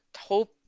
hope